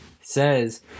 says